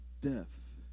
death